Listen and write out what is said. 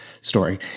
story